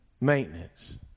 Maintenance